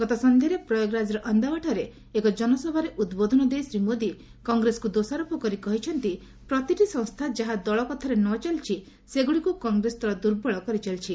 ଗତସନ୍ଧ୍ୟାରେ ପ୍ରୟାଗରାଜର ଅନ୍ଦାୱାଠାରେ ଏକ ଜନସଭାରେ ଉଦ୍ବୋଧନ ଦେଇ ଶ୍ରୀ ମୋଦି କଂଗ୍ରେସକୁ ଦୋଷାରୋପ କରି କହିଛନ୍ତି ପ୍ରତିଟି ସଂସ୍ଥା ଯାହା ଦଳ କଥାରେ ନ ଚାଲିଛି ସେଗୁଡ଼ିକୁ କଂଗ୍ରେସ ଦଳ ଦୁର୍ବଳ କରିଚାଲିଛି